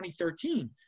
2013